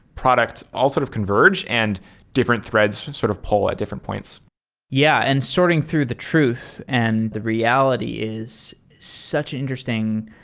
products all sort of converge and different threads sort of pull at different points yeah, and sorting through the truth and the reality is such interesting.